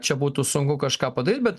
čia būtų sunku kažką padaryt bet